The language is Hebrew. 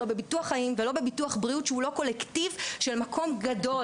לא בביטוח חיים ולא בביטוח בריאות שהוא לא קולקטיב של מקום גדול.